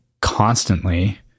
constantly